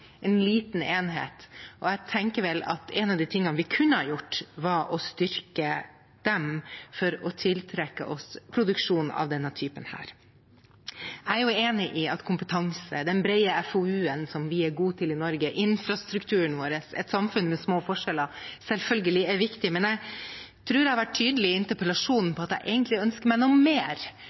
en liten enhet, og jeg tenker vel at en av de tingene vi kunne ha gjort, var å styrke dem for å tiltrekke oss produksjon av denne typen. Jeg er enig i at kompetanse, den brede FoU – forskning og utvikling – som vi er gode på i Norge, infrastrukturen vår og et samfunn med små forskjeller selvfølgelig er viktig. Men jeg tror jeg har vært tydelig i interpellasjonen på at jeg egentlig ønsker meg noe mer,